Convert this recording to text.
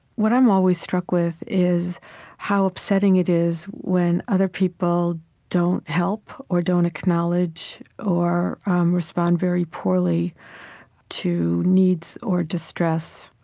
what i'm always struck with is how upsetting it is when other people don't help, or don't acknowledge, or respond very poorly to needs or distress.